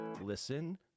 Listen